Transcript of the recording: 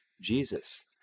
Jesus